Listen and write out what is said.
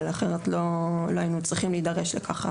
כי אחרת לא היינו צריכים להידרש לכך.